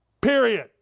period